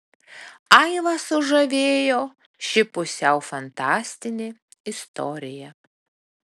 aivą sužavėjo ši pusiau fantastinė istorija